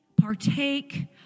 partake